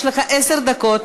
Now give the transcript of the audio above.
יש לך עשר דקות.